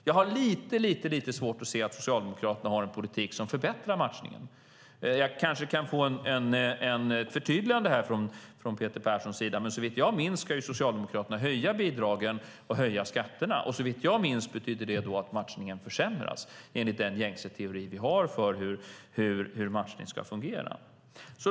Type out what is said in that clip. Jag har lite svårt att se att Socialdemokraterna har en politik som förbättrar matchningen. Jag kanske kan få ett förtydligande från Peter Perssons sida, men såvitt jag minns ska Socialdemokraterna höja bidragen och höja skatterna. Och såvitt jag minns betyder det att matchningen försämras, enligt den gängse teori vi har för hur matchning ska fungera.